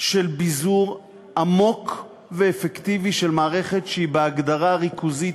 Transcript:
של ביזור עמוק ואפקטיבי של מערכת שהיא בהגדרה ריכוזית,